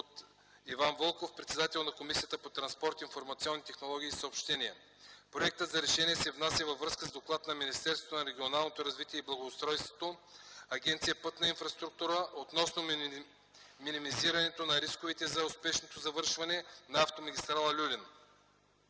от Иван Вълков – председател на Комисията по транспорт, информационни технологии и съобщения. Проектът за решение се внася във връзка с доклад на Министерството на регионалното развитие и благоустройството, Агенция „Пътна инфраструктура”, относно минимизирането на рисковете за успешното завършване на автомагистрала „Люлин”.